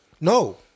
No